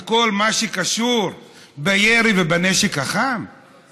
במיוחד שהיא מגיעה בשביל להרתיע את הגורמים העברייניים שיורים בכל מקום.